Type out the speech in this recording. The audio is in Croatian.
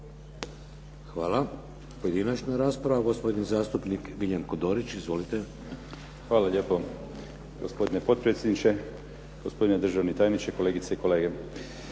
Hvala. Pojedinačna rasprava. Gospodin zastupnik Miljenko Dorić. Izvolite. **Dorić, Miljenko (HNS)** Hvala lijepo gospodine potpredsjedniče, gospodine državni tajniče, kolegice i kolege.